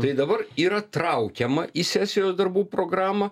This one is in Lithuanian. tai dabar yra traukiama į sesijos darbų programą